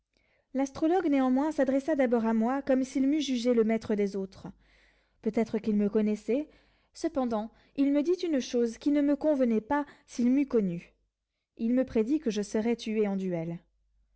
l'astrologue néanmoins s'adressa d'abord à moi comme s'il m'eût jugé le maître des autres peut-être qu'il me connaissait cependant il me dit une chose qui ne me convenait pas s'il m'eût connu il me prédit que je serais tué en duel